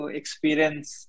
experience